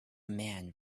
man